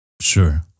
Sure